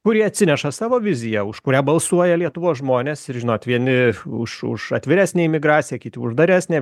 kurie atsineša savo viziją už kurią balsuoja lietuvos žmonės ir žinot vieni už už atviresnę imigraciją kiti uždaresnę